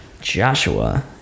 Joshua